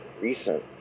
recent